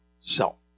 self